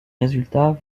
résultats